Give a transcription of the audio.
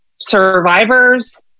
survivors